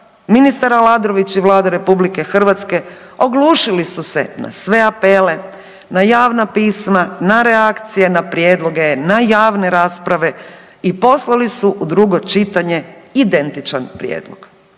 ministar Aladrović i Vlada RH oglušili su se na sve apele, na javna pisma, na reakcije, na prijedloge, na javne rasprave i poslali su u drugo čitanje identičan prijedlog.